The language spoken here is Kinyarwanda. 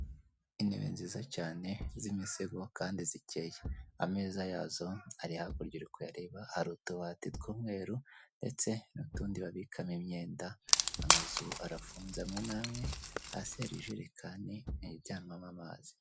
Intebe nziza cyane z'imisego kandi zikeye. Ameza yazo ari hakurya uri kuyareba, hari utubati tw'umweru ndetse n'utundi babikamo imyenda, amazu arafunze amwe n'amwe, hasi ijerekani ijyanwamo amazi.